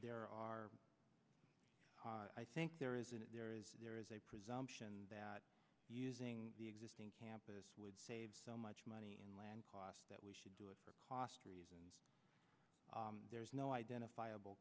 there are i think there isn't there is there is a presumption that using the existing campus would save so much money and land cost that we should do it for cost reasons there is no identifiable